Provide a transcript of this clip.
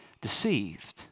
deceived